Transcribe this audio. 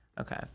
okay